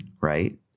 right